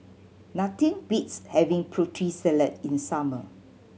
nothing beats having Putri Salad in summer